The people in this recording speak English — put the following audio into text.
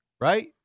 right